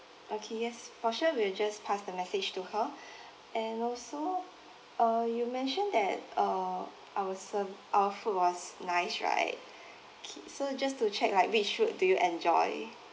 okay yes for sure we'll just pass the message to her and also uh you mentioned that uh our ser~ our food was nice right okay so just to check like which food do you enjoy